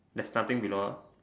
there's nothing below